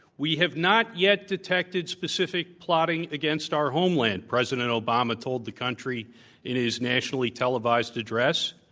we have not yet detected specific plotting against our homeland, president obama told the country in his nationally televised address,